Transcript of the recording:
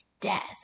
death